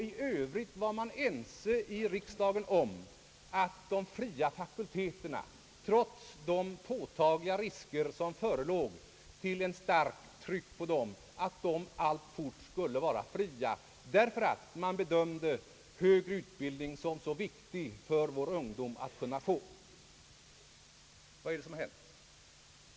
I övrigt var man i riksdagen ense om att de fria fakulteterna, trots de påtagliga risker som förelåg till ett starkt tryck på dem, alltfort skulle vara fria, därför att man bedömde den högre utbildningen vara så viktig för vår ungdom att kunna få. Vad är det som har hänt?